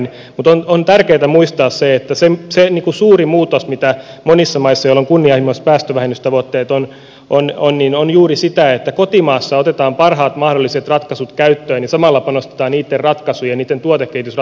mutta on tärkeätä muistaa se että se suuri muutos mitä on monissa maissa joilla on kunnianhimoiset päästövähennystavoitteet on juuri sitä että kotimaassa otetaan parhaat mahdolliset ratkaisut käyttöön ja samalla panostetaan niiden tuotekehitysratkaisujen vientiin